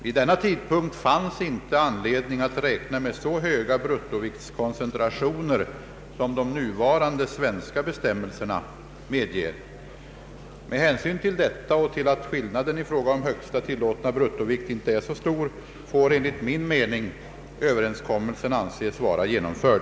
Vid denna tidpunkt fanns inte anledning att räkna med så höga bruttoviktskoncentrationer som de nuvarande svenska bestämmelserna medger. Med hänsyn till detta och till att skillnaden vid högsta tillåtna bruttovikt inte är så stor, får enligt min mening överenskommelsen anses vara genomförd.